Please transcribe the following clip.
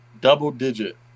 Double-digit